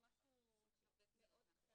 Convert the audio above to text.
משהו מאוד.